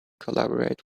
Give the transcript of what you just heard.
collaborate